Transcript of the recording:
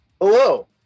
Hello